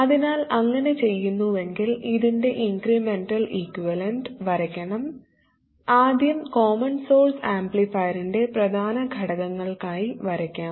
അതിനാൽ അങ്ങനെ ചെയ്യുന്നുവെങ്കിൽ ഇതിൻറെ ഇൻക്രിമെന്റൽ ഇക്വിവലൻറ് വരയ്ക്കണo ആദ്യം കോമൺ സോഴ്സ് ആംപ്ലിഫയർൻറെ പ്രധാന ഘടകങ്ങൾക്കായി വരയ്ക്കാം